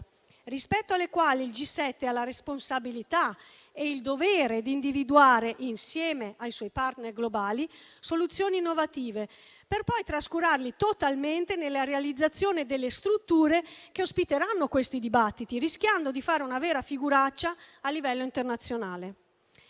rispetto ai quali il G7 ha la responsabilità e il dovere di individuare, insieme ai suoi *partner* globali, soluzioni innovative, per poi trascurarli totalmente nella realizzazione delle strutture che ospiteranno i dibattiti, rischiando di fare una vera figuraccia a livello internazionale.